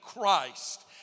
Christ